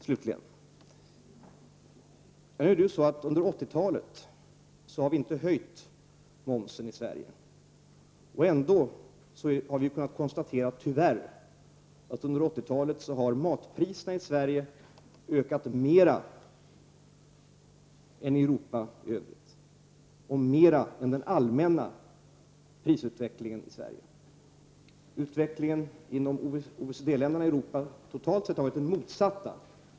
Slutligen har vi momsen på maten. Momsen i Sverige har inte höjts under 80-talet. Ändå har vi tyvärr fått konstatera att matpriserna i Sverige har ökat mera än i Europa i övrigt och mera än den allmänna prisutvecklingen i Sverige. Utvecklingen i OECD-länderna i Europa har totalt sett varit den motsatta.